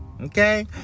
Okay